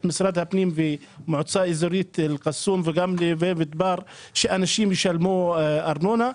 התושבים במועצות האזוריות אל-קסום ונווה מדבר לשלם ארנונה,